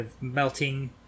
Melting